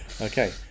okay